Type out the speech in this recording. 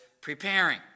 preparing